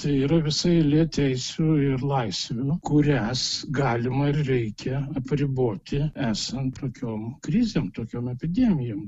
tai yra visa eilė teisių ir laisvių kurias galima ir reikia apriboti esant tokiom krizėm tokiom epidemijom